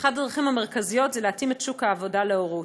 ואחת הדרכים המרכזיות זה להתאים את שוק העבודה להורות.